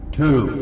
two